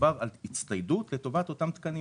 מדובר על הצטיידות לטובת אותם תקנים.